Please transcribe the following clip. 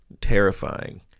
terrifying